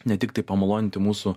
ne tiktai pamaloninti mūsų